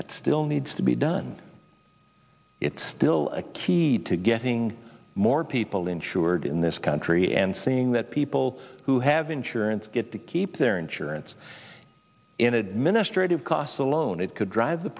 that still needs to be done it's still a key to getting more people insured in this country and seeing that people who have insurance get to keep their insurance in administrative costs alone it could drive the